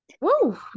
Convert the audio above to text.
Woo